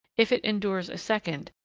if it endures a second,